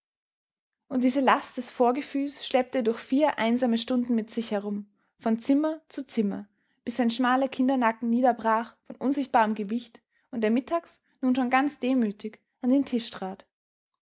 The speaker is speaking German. und diese last des vorgefühls schleppte er durch vier einsame stunden mit sich herum von zimmer zu zimmer bis sein schmaler kindernacken niederbrach von unsichtbarem gewicht und er mittags nun schon ganz demütig an den tisch trat